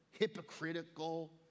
hypocritical